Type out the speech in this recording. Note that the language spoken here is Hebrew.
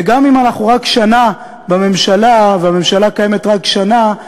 וגם אם אנחנו רק שנה בממשלה והממשלה קיימת רק שנה,